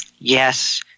Yes